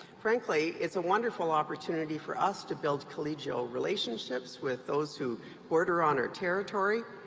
frankly, it's a wonderful opportunity for us to build collegial relationships with those who border on our territory,